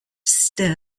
ste